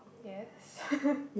yes